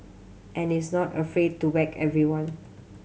and is not afraid to whack everyone